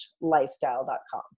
lifestyle.com